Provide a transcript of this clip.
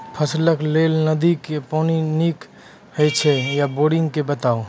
फसलक लेल नदी के पानि नीक हे छै या बोरिंग के बताऊ?